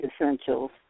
essentials